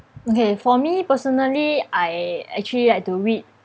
okay for me personally I actually like to read